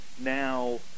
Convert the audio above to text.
now